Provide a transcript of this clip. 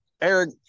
Eric